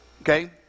Okay